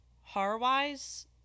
Horror-wise